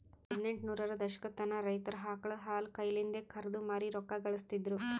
ಹದಿನೆಂಟ ನೂರರ ದಶಕತನ ರೈತರ್ ಆಕಳ್ ಹಾಲ್ ಕೈಲಿಂದೆ ಕರ್ದು ಮಾರಿ ರೊಕ್ಕಾ ಘಳಸ್ತಿದ್ರು